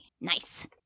nice